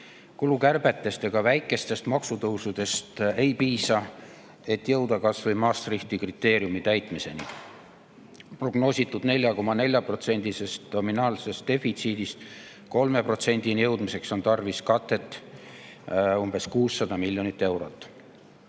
Kulukärbetest ega väikestest maksutõusudest ei piisa, et jõuda kas või Maastrichti kriteeriumi täitmiseni. Prognoositud 4,4%‑lisest nominaalsest defitsiidist 3%‑ni jõudmiseks on tarvis katet umbes 600 miljonile